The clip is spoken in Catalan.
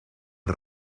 els